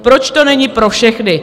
Proč to není pro všechny?